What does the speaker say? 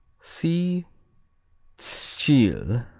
see tschil.